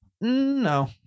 no